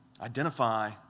Identify